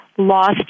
Lost